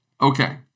Okay